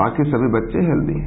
बाकी सभी बच्चे हेल्दी हैं